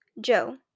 Joe